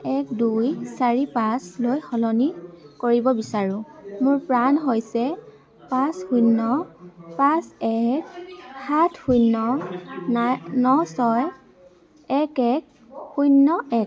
এক দুই চাৰি পাঁচলৈ সলনি কৰিব বিচাৰো মোৰ প্ৰাণ হৈছে পাঁচ শূন্য পাঁচ এক সাত শূন্য না ন ছয় এক এক শূন্য এক